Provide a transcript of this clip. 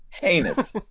heinous